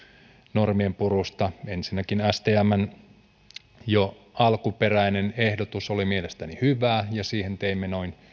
normienpurusta ensinnäkin jo stmn alkuperäinen ehdotus oli mielestäni hyvä ja siihen teimme noin